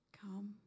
come